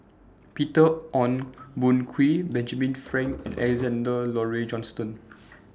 Peter Ong Boon Kwee Benjamin Frank and Alexander Laurie Johnston